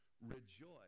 Rejoice